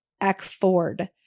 Eckford